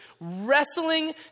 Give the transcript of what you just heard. wrestling